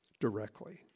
directly